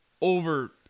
over